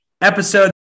episode